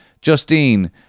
Justine